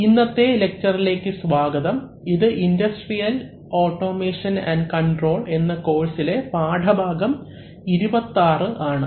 ഇന്നത്തെ ലെക്ച്ചറിലേക്കു സ്വാഗതം ഇത് ഇൻഡസ്ട്രിയൽ ഓട്ടോമേഷൻ ആൻഡ് കൺട്രോൾ എന്ന കോഴ്സിലെ പാഠഭാഗം 26 ആണ്